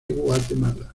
guatemala